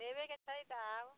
लेबयके छै तऽ आउ